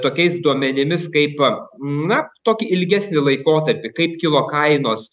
tokiais duomenimis kaip na tokį ilgesnį laikotarpį kaip kilo kainos